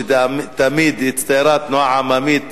שתמיד הצטיירה כתנועה עממית